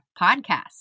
podcast